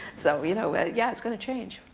so you know yeah, it's going to change.